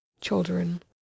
children